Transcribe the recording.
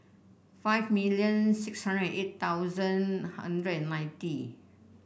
five million six hundred and eight thousand hundred and ninety